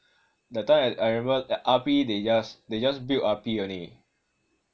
that time I I remember the R_P they just they just built R_P only